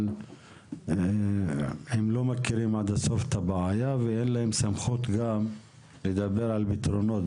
אבל הם לא מכירים עד הסוף את הבעיה וגם אין להם סמכות לדבר על פתרונות,